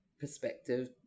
perspective